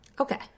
Okay